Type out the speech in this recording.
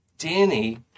Danny